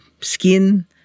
skin